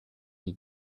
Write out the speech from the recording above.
you